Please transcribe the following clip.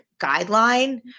guideline